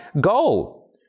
goal